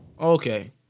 Okay